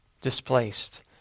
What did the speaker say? displaced